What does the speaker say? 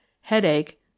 headache